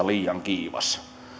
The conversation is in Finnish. liian kiivas